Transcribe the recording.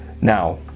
Now